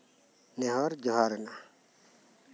ᱱᱮᱦᱚᱨ ᱡᱚᱦᱟᱨ ᱮᱱᱟ